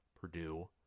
Purdue